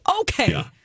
Okay